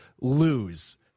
lose